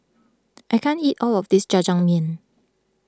I can't eat all of this Jajangmyeon